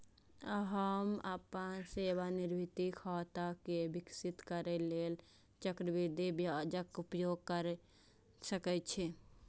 अहां अपन सेवानिवृत्ति खाता कें विकसित करै लेल चक्रवृद्धि ब्याजक उपयोग कैर सकै छी